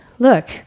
Look